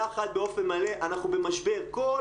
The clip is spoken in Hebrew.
חברים, כולם